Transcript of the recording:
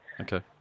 Okay